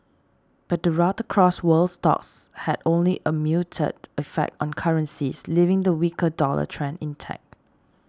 but the rout across world stocks had only a muted effect on currencies leaving the weak dollar trend intact